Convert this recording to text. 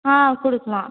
ஆ கொடுக்கலாம்